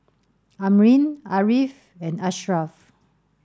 Amrin Ariff and Ashraf